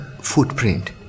footprint